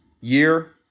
year